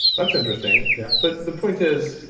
that's interesting yeah but, the point is,